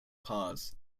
pause